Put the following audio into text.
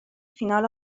فینال